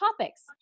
topics